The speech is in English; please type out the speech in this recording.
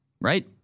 right